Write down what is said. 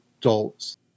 adults